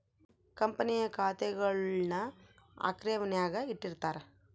ಕಂಪನಿಯ ಖಾತೆಗುಳ್ನ ಆರ್ಕೈವ್ನಾಗ ಇಟ್ಟಿರ್ತಾರ